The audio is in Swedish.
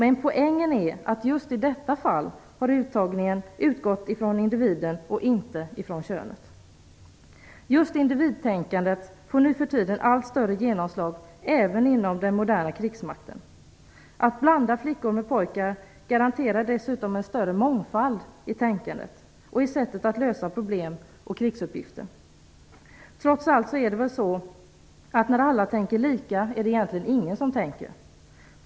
Men poängen är att uttagningen just i detta fall har utgått från individen och inte från könet. Just individtänkandet får nu för tiden allt större genomslag även inom den moderna krigsmakten. Att blanda flickor med pojkar garanterar dessutom en större mångfald i tänkandet och i sättet att lösa problem och krigsuppgifter. Trots allt är det så, att när alla tänker lika är det ingen som tänker.